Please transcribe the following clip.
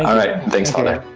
um right thanks all right